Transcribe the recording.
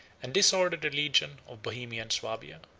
and disordered the legion of bohemia and swabia.